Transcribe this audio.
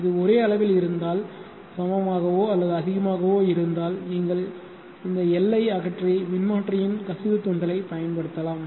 இது ஒரே அளவில் இருந்தால் சமமாகவோ அல்லது அதிகமாகவோ இருந்தால் நீங்கள் இந்த L ஐ அகற்றி மின்மாற்றியின் கசிவு தூண்டலைப் பயன்படுத்தலாம்